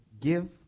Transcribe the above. give